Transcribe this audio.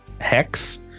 hex